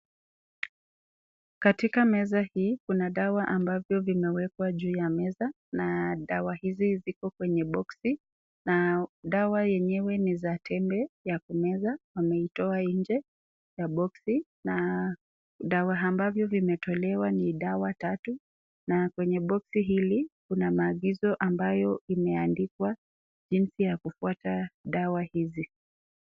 Katika meza hii kuna dawa ambayo imewekwa juu ya meza na dawa hizi ziko kwenye boxi na dawa zenyewe ni za tembe ya kumeza iliyotolewa nje ya boxi. Pia dawa ambazo zimetolewa ni dawa tatu na kwenye boxi hili kuna maagizo ambayo imeandikwa jinsi ya kufuata dawa hizi.